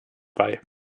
bei